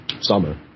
summer